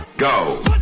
Go